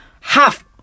half